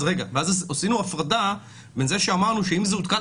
עשינו הפרדה בין זה שאמרנו שאם זה הותקן